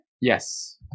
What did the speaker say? Yes